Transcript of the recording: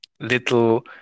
little